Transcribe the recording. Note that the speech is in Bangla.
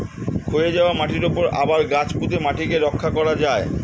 ক্ষয়ে যাওয়া মাটির উপরে আবার গাছ পুঁতে মাটিকে রক্ষা করা যায়